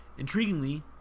Intriguingly